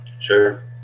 Sure